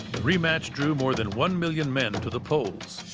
rematch drew more than one million men to the polls.